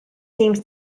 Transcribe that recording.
seems